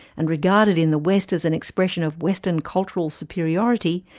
and regarded in the west as an expression of western cultural superiority,